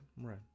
Right